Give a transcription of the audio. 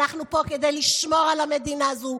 אנחנו פה כדי לשמור על המדינה הזו.